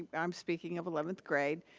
and i'm speaking of eleventh grade,